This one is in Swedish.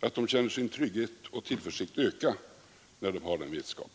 att de känner sin trygghet och tillförsikt öka när de har den vetskapen.